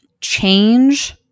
change